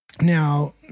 Now